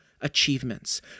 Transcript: achievements